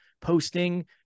posting